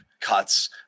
cuts